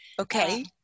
okay